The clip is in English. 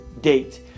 date